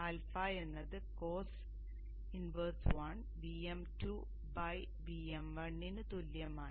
α എന്നത് cos 1 Vm2Vm1 തുല്യമാണ്